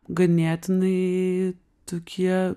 ganėtinai tokie